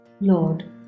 Lord